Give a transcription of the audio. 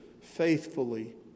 faithfully